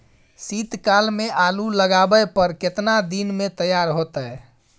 शीत काल में आलू लगाबय पर केतना दीन में तैयार होतै?